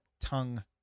tongue